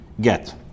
Get